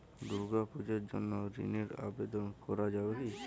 দুর্গাপূজার জন্য ঋণের আবেদন করা যাবে কি?